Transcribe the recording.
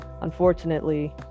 Unfortunately